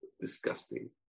Disgusting